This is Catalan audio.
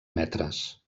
metres